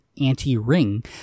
anti-ring